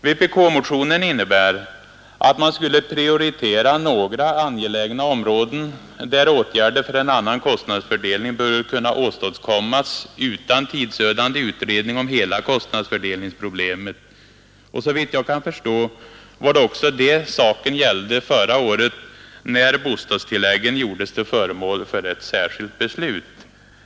Vpk-motionen innebär att man skulle prioritera några angelägna områden, där åtgärder för en annan kostnadsfördelning bör kunna åstadkommas utan tidsödande utredning om hela kostnadsfördelningsproblemet, och såvitt jag kan förstå var det också det saken gällde förra året när bostadstilläggen gjordes till föremål för ett särskilt beslut.